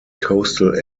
coastal